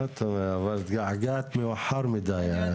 אבל התגעגעת מאוחר מידי.